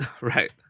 Right